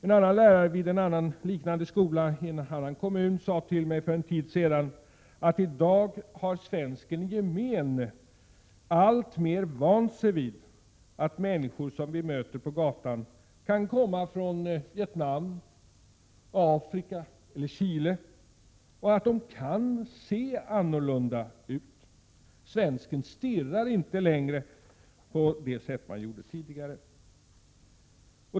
En annan lärare vid en liknande skola i en annan kommun sade till mig för en tid sedan, att i dag har svensken i gemen alltmer vant sig vid att människor som han möter på gatan kan komma från Vietnam, Afrika eller Chile och att de kan se annorlunda ut. Svensken ”stirrar” inte längre som han gjorde tidigare.